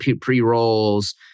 pre-rolls